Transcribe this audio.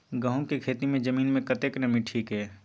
गहूम के खेती मे जमीन मे कतेक नमी ठीक ये?